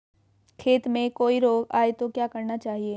खेत में कोई रोग आये तो क्या करना चाहिए?